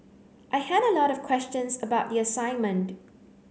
I had a lot of questions about the assignment